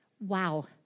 Wow